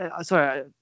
Sorry